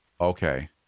Okay